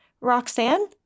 Roxanne